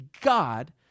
God